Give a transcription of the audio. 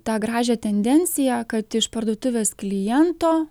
tą gražią tendenciją kad iš parduotuvės kliento